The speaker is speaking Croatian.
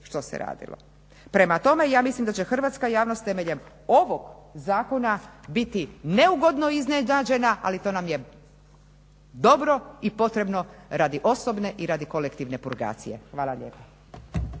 što se radilo. Prema tome, ja mislim da će hrvatska javnost temeljem ovog zakona biti neugodno iznenađena, ali to nam je dobro i potrebno radi osobne i radi kolektivne publikacije. Hvala lijepa.